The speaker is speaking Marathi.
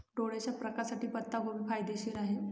डोळ्याच्या प्रकाशासाठी पत्ताकोबी फायदेशीर आहे